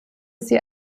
sie